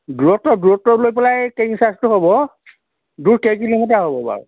দূৰত্ব দূৰত্ব লৈ পেলাই কেৰিং চাৰ্জটো হ'ব দূৰ কেইকিলোমিটাৰ হ'ব বাৰু